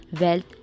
wealth